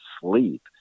sleep